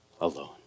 alone